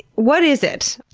what is it?